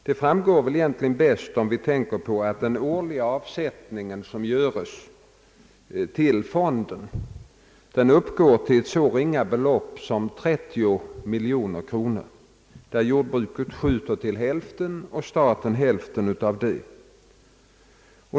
Detta framgår väl bäst om vi tänker på att den årliga avsättningen till fonden uppgår till ett så ringa belopp som 30 miljoner kronor, varav jordbruket tillskjuter hälften och staten hälften.